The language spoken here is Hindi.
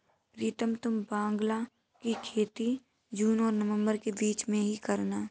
प्रीतम तुम बांग्ला की खेती जून और नवंबर के बीच में ही करना